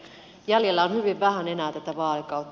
jäljellä on hyvin vähän enää tätä vaalikautta